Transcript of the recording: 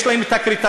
יש להם קריטריונים,